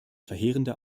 verheerende